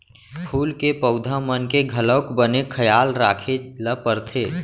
फूल के पउधा मन के घलौक बने खयाल राखे ल परथे